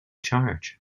charge